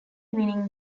winning